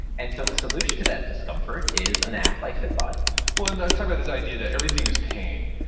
and so the solution to that discomfort is an app like fitbod well, and let's talk about this idea that everything is pain.